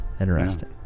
interesting